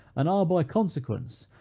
and are, by consequence,